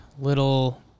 little